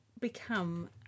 become